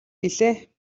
билээ